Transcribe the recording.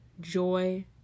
joy